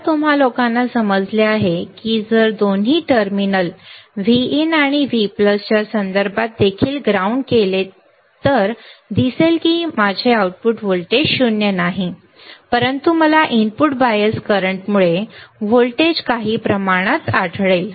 आता तुम्ही लोकांना समजले आहे की जर दोन्ही टर्मिनल Vin आणि V च्या संदर्भात देखील ग्राउंड केले तर दिसेल की माझे आउटपुट व्होल्टेज 0 नाही परंतु मला इनपुट बायस करंटमुळे व्होल्टेज काही प्रमाणात आढळेल